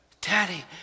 Daddy